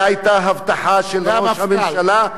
והיתה הבטחה של ראש הממשלה,